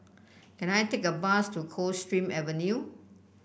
can I take a bus to Coldstream Avenue